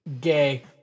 Gay